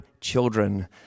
children